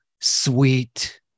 sweet